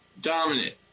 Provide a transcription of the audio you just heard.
dominant